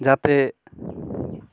যাতে